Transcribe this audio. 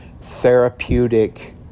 therapeutic